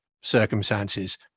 circumstances